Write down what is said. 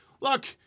look